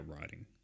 writing